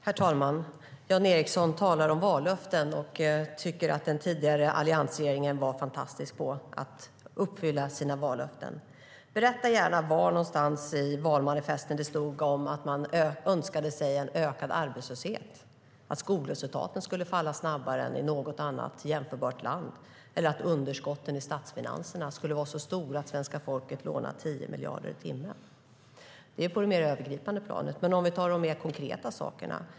Herr talman! Jan Ericson talar om vallöften och tycker att den tidigare alliansregeringen var fantastisk på att uppfylla sina vallöften. Berätta gärna var någonstans i valmanifesten det stod att man önskade sig en ökad arbetslöshet, att skolresultaten skulle falla snabbare än i något annat jämförbart land eller att underskotten i statsfinanserna skulle vara så stora att svenska folket lånar 10 miljarder i timmen. Det är på det mer övergripande planet. Vi kan ta de mer konkreta sakerna.